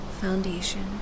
foundation